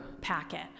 packet